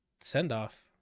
send-off